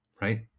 right